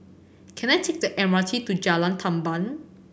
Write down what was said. can I take the M R T to Jalan Tamban